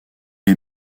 est